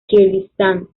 kirguistán